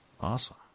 Awesome